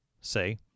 Say